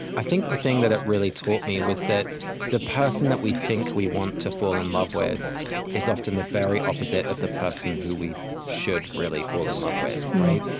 i think the thing that it really taught me was that the person that we think we want to fall in love with is often the very opposite of the person who we should really fall in love with, right?